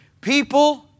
People